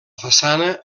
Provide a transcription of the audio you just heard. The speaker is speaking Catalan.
façana